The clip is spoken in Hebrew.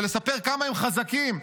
ולספר כמה הם חזקים?